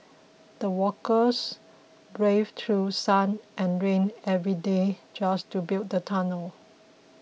the workers braved through sun and rain every day just to build the tunnel